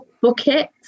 bucket